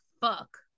fuck